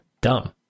dumb